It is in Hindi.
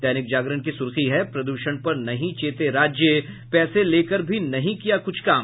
दैनिक जागरण की सुर्खी है प्रदूषण पर नहीं चेते राज्य पैसे लेकर भी नहीं किया कुछ काम